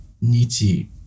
nichi